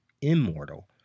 immortal